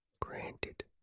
Granted